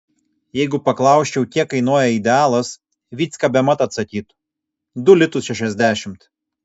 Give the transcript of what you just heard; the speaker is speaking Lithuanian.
jeigu paklausčiau kiek kainuoja idealas vycka bemat atsakytų du litus šešiasdešimt